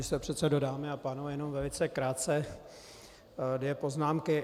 Pane místopředsedo, dámy a pánové, jenom velice krátce dvě poznámky.